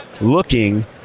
looking